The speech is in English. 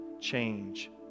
change